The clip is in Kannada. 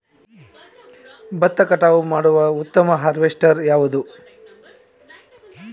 ಭತ್ತ ಕಟಾವು ಮಾಡುವ ಉತ್ತಮ ಹಾರ್ವೇಸ್ಟರ್ ಯಾವುದು?